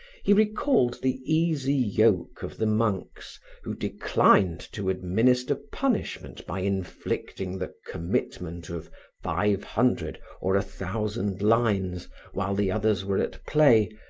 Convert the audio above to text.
he recalled the easy yoke of the monks who declined to administer punishment by inflicting the committment of five hundred or a thousand lines while the others were at play,